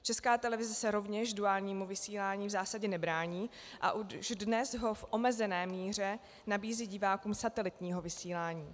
Česká televize se rovněž duálnímu vysílání v zásadě nebrání a už dnes ho v omezené míře nabízí divákům satelitního vysílání.